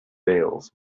veils